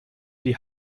die